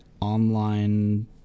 online